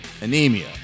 Anemia